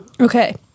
Okay